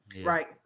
right